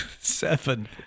Seven